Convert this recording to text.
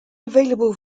available